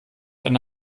eine